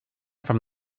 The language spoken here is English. from